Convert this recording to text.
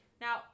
Now